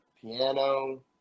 piano